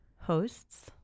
hosts